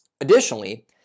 Additionally